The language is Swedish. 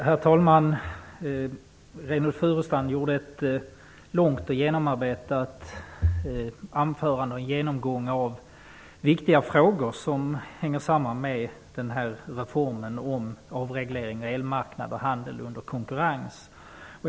Herr talman! Reynoldh Furustrand höll ett långt och genomarbetat anförande, där han gjorde en genomgång av viktiga frågor som hänger samman med reformen för avreglering av elmarknaden och handel med el i konkurrens.